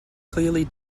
clearly